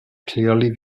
clearly